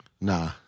Nah